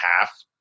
half